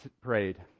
prayed